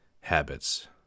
habits